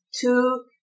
two